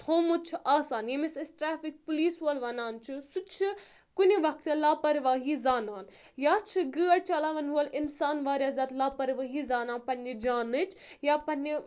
تھومُت چھُ آسان ییٚمِس أسۍ ٹریفِک پُلیٖس وول وَنان چھُ سُہ چھُ کُنہِ وقتہٕ لاپَروٲیی زانان یا چھُ گٲڑۍ چَلاوَن وول اِنسان واریاہ زیادٕ لاپَروٲہہِ زانان پنٕنہِ جانٕچ یا پَنٕنہِ